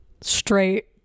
straight